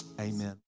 amen